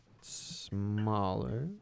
Smaller